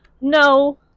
no